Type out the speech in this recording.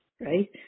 right